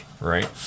Right